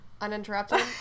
uninterrupted